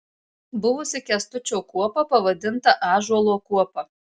buvusi kęstučio kuopa pavadinta ąžuolo kuopa